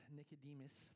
Nicodemus